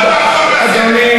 על אמירה כזו אתה לא יכול לעבור לסדר,